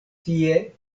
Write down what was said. tie